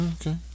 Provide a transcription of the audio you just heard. Okay